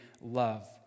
love